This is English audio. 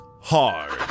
hard